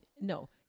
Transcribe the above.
no